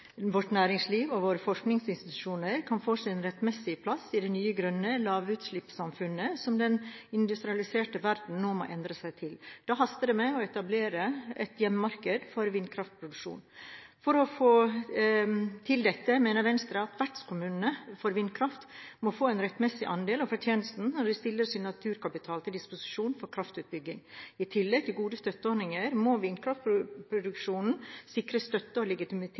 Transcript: vårt næringsliv og våre forskningsinstitusjoner kan få sin rettmessige plass i det nye grønne lavutslippssamfunnet som den industrialiserte verden nå må endre seg til. Da haster det med å etablere et hjemmemarked for vindkraftproduksjon. For å få til dette mener Venstre at vertskommunene for vindkraft må få en rettmessig andel av fortjenesten når de stiller sin naturkapital til disposisjon for kraftutbygging. I tillegg til gode støtteordninger må vindkraftproduksjonen sikres støtte og legitimitet